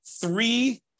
three